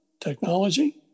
technology